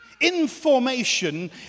Information